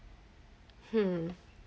hmm